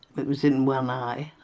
it was in one um eye,